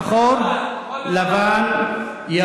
שחור, לבן, כחול ולבן.